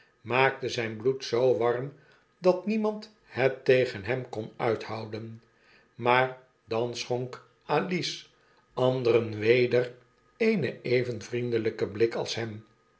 maakte zfln bloed zoo warm dat niemand het tegen hem kon uithouden maar dan schonk alice anderen weder eenen even vriendelyken blik als hem